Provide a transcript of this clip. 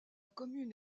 commune